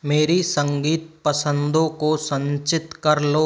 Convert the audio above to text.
मेरी संगीत पसंदों को संचित कर लो